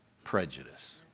Prejudice